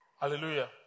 Hallelujah